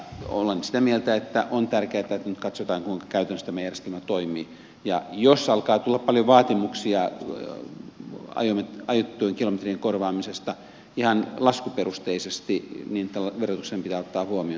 olen sitä mieltä että on tärkeätä että nyt katsotaan kuinka tämä järjestelmä käytännössä toimii ja jos alkaa tulla paljon vaatimuksia ajettujen kilometrien korvaamisesta ihan laskuperusteisesti niin verotuksen pitää ottaa se huomioon